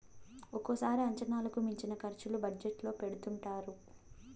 ఒక్కోసారి అంచనాలకు మించిన ఖర్చులు బడ్జెట్ లో పెడుతుంటారు